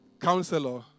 Counselor